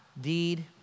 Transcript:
Deed